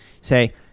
Say